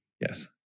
Yes